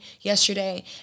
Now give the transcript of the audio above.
yesterday